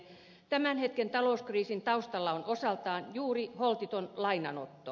tämän hetken talouskriisin taustalla on osaltaan juuri holtiton lainanotto